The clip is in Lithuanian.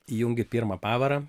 įjungiu pirmą pavarą